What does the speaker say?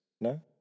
No